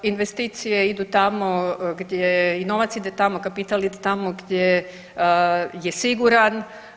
Investicije idu tamo gdje i novac ide tamo, kapital ide tamo gdje je siguran.